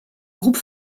groupe